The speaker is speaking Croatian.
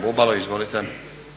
možemo i